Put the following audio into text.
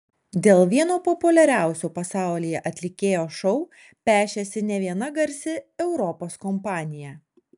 dėl vieno populiariausių pasaulyje atlikėjo šou pešėsi ne viena garsi europos kompanija